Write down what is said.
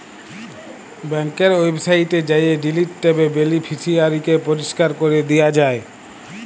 ব্যাংকের ওয়েবসাইটে যাঁয়ে ডিলিট ট্যাবে বেলিফিসিয়ারিকে পরিষ্কার ক্যরে দিয়া যায়